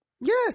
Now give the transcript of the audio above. Yes